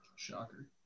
Shocker